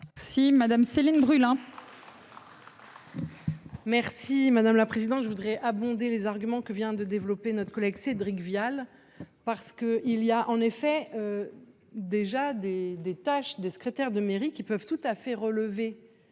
Si madame Céline Brulin. Merci madame la présidente, je voudrais abonder les arguments que vient de développer notre collègue Cédric Vial parce que il y a en effet. Déjà des, des tâches de secrétaire de mairie qui peuvent tout à fait relever.